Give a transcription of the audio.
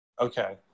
Okay